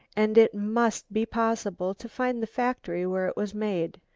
and it must be possible to find the factory where it was made.